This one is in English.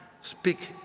speak